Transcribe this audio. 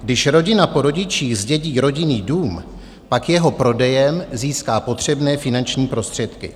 Když rodina po rodičích zdědí rodinný dům, pak jeho prodej získá potřebné finanční prostředky.